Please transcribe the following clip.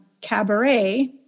cabaret